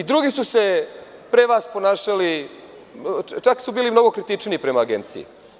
Drugi su se pre vas ponašali, čak su bili mnogo kritičniji prema Agenciji.